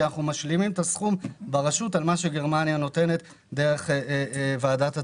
כי אנחנו משלימים את הסכום ברשות על מה שגרמניה נותנת דרך ועדת התביעות.